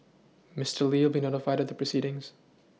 Mister Li will be notified of the proceedings